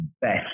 best